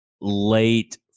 late –